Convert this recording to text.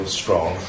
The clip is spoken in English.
strong